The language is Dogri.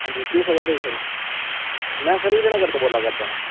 अंजी केह् सज़ा देई सकने में सरजी हीरानगर दा बोला करना